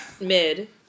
mid